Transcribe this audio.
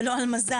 ולא על מזל.